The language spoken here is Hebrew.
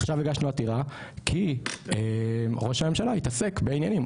עכשיו הגשנו עתירה כי ראש הממשלה התעסק בעניינים,